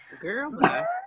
girl